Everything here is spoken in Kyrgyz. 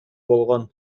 болгон